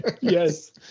Yes